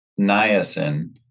Niacin